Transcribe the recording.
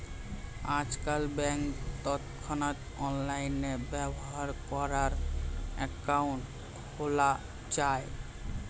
আজকাল ব্যাংকে তৎক্ষণাৎ অনলাইনে ব্যবহার করার অ্যাকাউন্ট খোলা যায়